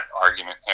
argument